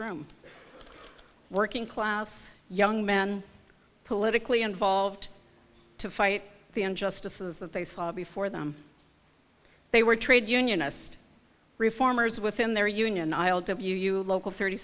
room working class young men politically involved to fight the injustices that they saw before them they were trade unionist reformers within their union i'll give you you local thirty